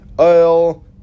oil